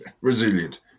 Resilient